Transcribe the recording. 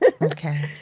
Okay